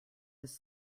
his